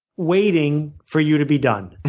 waiting for you to be done.